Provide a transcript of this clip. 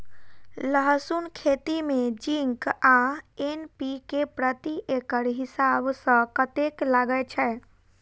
लहसून खेती मे जिंक आ एन.पी.के प्रति एकड़ हिसाब सँ कतेक लागै छै?